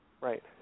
Right